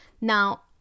now